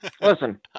listen